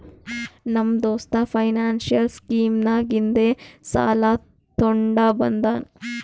ನಮ್ಮ ದೋಸ್ತ financial scheme ನಾಗಿಂದೆ ಸಾಲ ತೊಂಡ ಬಂದಾನ್